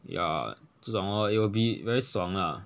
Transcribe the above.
ya 这种 lor it'll be very 爽 ah